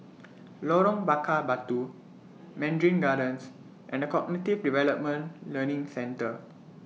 Lorong Bakar Batu Mandarin Gardens and The Cognitive Development Learning Centre